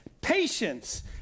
patience